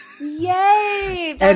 Yay